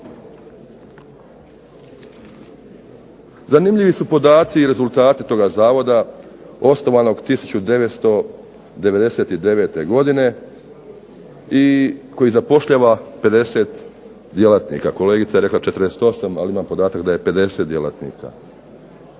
Zanimljivi su podaci i rezultati toga Zavoda osnovanog 1999. godine i koji zapošljava 50 djelatnika. Kolegica je rekla 48, ali imam podatak da je 50 djelatnika.